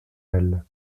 elle